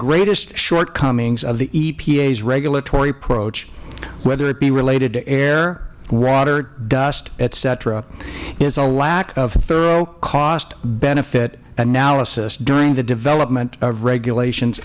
greatest shortcomings of the epas regulatory approach whether it be related to air water dust et cetera is a lack of thorough cost benefit analysis during the development of regulations